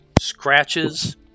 scratches